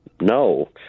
no